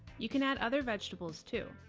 you can add other vegetables, too.